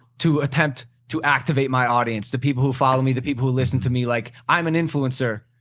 to attempt to activate my audience, the people who follow me, the people who listen to me? like i'm an influencer.